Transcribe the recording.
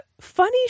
Funny